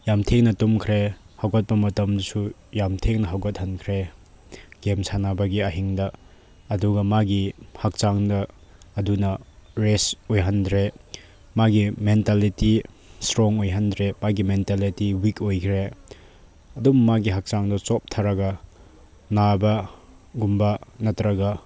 ꯌꯥꯝ ꯊꯦꯡꯅ ꯇꯨꯝꯈ꯭ꯔꯦ ꯍꯧꯒꯠꯄ ꯃꯇꯝꯗꯁꯨ ꯌꯥꯝ ꯊꯦꯡꯅ ꯍꯧꯒꯠꯍꯟꯈ꯭ꯔꯦ ꯒꯦꯝ ꯁꯥꯟꯅꯕꯒꯤ ꯑꯍꯤꯡꯗ ꯑꯗꯨꯒ ꯃꯥꯒꯤ ꯍꯛꯆꯥꯡꯗ ꯑꯗꯨꯅ ꯔꯦꯁ ꯑꯣꯏꯍꯟꯗ꯭ꯔꯦ ꯃꯥꯒꯤ ꯃꯦꯟꯇꯦꯜꯂꯤꯇꯤ ꯏꯁꯇ꯭ꯔꯣꯡ ꯑꯣꯏꯍꯟꯗ꯭ꯔꯦ ꯃꯥꯒꯤ ꯃꯦꯟꯇꯦꯜꯂꯤꯇꯤ ꯋꯤꯛ ꯑꯣꯏꯈ꯭ꯔꯦ ꯑꯗꯨꯝ ꯃꯥꯒꯤ ꯍꯛꯆꯥꯡꯗꯣ ꯆꯣꯛꯊꯔꯒ ꯅꯥꯕꯒꯨꯝꯕ ꯅꯠꯇ꯭ꯔꯒ